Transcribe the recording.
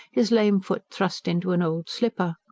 his lame foot thrust into an old slipper.